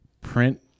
print